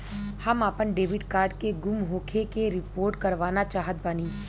हम आपन debit card के गुम होखे के रिपोर्ट करवाना चाहत बानी